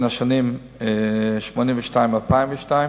בשנים 1982 2002,